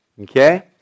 Okay